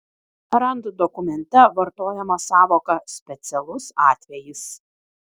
rand dokumente vartojama sąvoka specialus atvejis